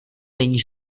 není